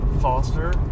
Foster